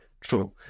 True